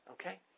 Okay